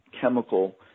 chemical